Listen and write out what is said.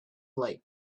light